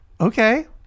Okay